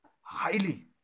highly